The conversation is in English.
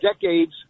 decades